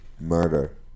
Murder